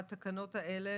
הבין-משרדי.